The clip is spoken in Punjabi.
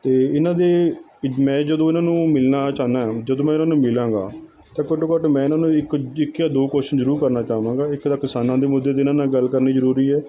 ਅਤੇ ਇਹਨਾਂ ਦੇ ਮੈਂ ਜਦੋਂ ਇਹਨਾਂ ਨੂੰ ਮਿਲਣਾ ਚਾਹੁੰਦਾ ਜਦੋਂ ਮੈਂ ਇਹਨਾਂ ਨੂੰ ਮਿਲਾਂਗਾ ਤਾਂ ਘੱਟੋ ਘੱਟ ਮੈਂ ਇਹਨਾਂ ਨੂੰ ਇੱਕ ਜਾਂ ਦੋ ਕੋਸ਼ਚਨ ਜ਼ਰੂਰ ਕਰਨਾ ਚਾਹਵਾਂਗਾ ਇੱਕ ਤਾਂ ਕਿਸਾਨਾਂ ਦੇ ਮੁੱਦੇ 'ਤੇ ਜਿਹਨਾਂ ਨਾਲ਼ ਗੱਲ ਕਰਨੀ ਜ਼ਰੂਰੀ ਹੈ